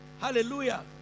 Hallelujah